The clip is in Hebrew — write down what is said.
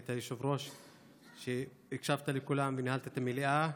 והיית יושב-ראש שהקשיב לכולם וניהל את המליאה,